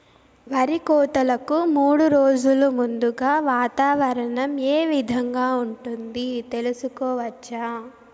మడి కోతలకు మూడు రోజులు ముందుగా వాతావరణం ఏ విధంగా ఉంటుంది, తెలుసుకోవచ్చా?